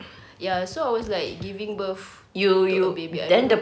ya so I was like giving birth to a baby I don't know